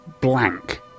Blank